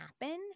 happen